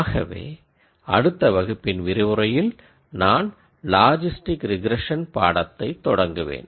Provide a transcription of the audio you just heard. ஆகவே அடுத்த வகுப்பின் விரிவுரையில் நான் லாஜிஸ்டிக் ரெக்ரேஷன் பாடத்தை தொடங்குவேன்